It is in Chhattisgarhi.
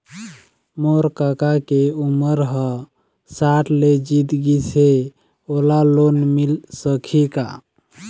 मोर कका के उमर ह साठ ले जीत गिस हे, ओला लोन मिल सकही का?